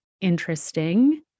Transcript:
interesting